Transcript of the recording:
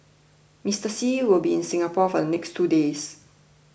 Mister Xi will be in Singapore for the next two days